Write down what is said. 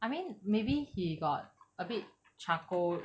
I mean maybe he got a bit charcoal